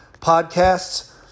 podcasts